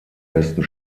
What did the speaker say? besten